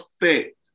effect